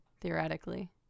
theoretically